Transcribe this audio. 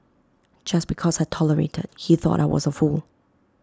just because I tolerated he thought I was A fool